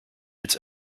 its